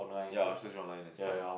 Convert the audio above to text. ya I search online and stuff